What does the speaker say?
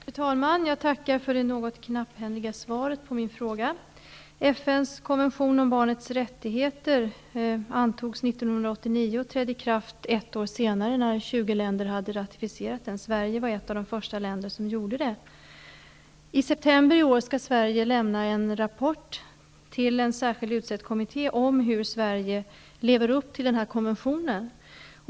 Fru talman! Jag tackar för det något knapphändiga svaret på min fråga. FN:s konvention om barnets rättigheter antogs 1989 och trädde i kraft ett år senare när 20 länder hade ratificerat den. Sverige var ett av de första länder som gjorde det. I september i år skall Sverige lämna en rapport till en särskilt utsedd kommitté om hur Sverige lever upp till konventionen.